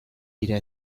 dira